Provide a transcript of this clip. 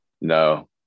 no